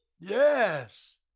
Yes